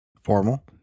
Formal